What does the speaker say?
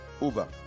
over